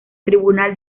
tribunal